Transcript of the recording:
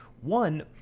One